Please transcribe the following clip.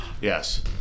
Yes